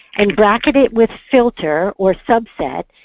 and bracket it with filter or subset,